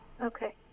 Okay